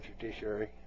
judiciary